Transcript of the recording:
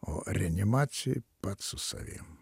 o reanimacijoj pats su savim